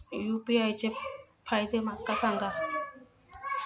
UPI चे फायदे सांगा माका?